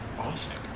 Awesome